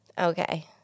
Okay